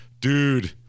dude